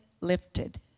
lifted